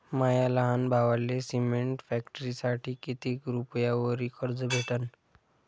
माया लहान भावाले सिमेंट फॅक्टरीसाठी कितीक रुपयावरी कर्ज भेटनं?